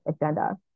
agenda